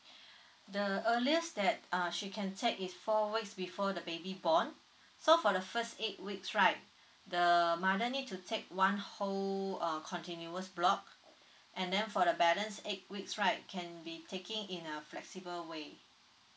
the earliest that uh she can take is four weeks before the baby born so for the first eight weeks right the mother need to take one whole err continuous block and then for the balance eight weeks right can be taking in a flexible way